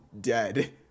dead